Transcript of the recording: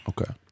Okay